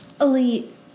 elite